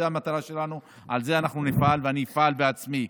זאת המטרה שלנו, לזה אנחנו נפעל, ואני אפעל בעצמי.